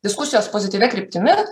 diskusijos pozityvia kryptimi